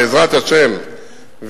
בעזרת השם,